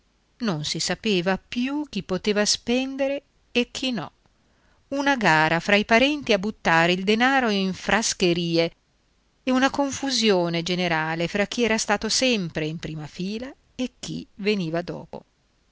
non si sapeva più chi poteva spendere e chi no una gara fra i parenti a buttare il denaro in frascherie e una confusione generale fra chi era stato sempre in prima fila e chi veniva dopo